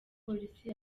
polisi